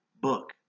book